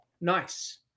nice